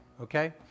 okay